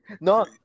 no